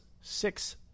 six